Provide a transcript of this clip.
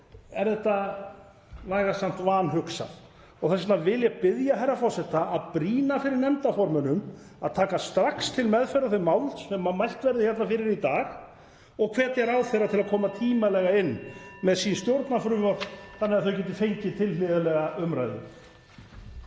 er þetta vægast sagt vanhugsað. Þess vegna vil ég biðja herra forseta að brýna fyrir nefndarformönnum að taka strax til meðferðar þau mál sem mælt verður fyrir í dag og hvetja ráðherra til að koma tímanlega inn með sín stjórnarfrumvörp þannig að þau geti fengið tilhlýðilega umræðu.